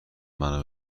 منو